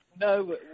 No